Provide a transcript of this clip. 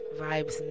vibes